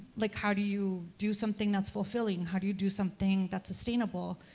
like, how do you do something that's fulfilling? how do you do something that's sustainable?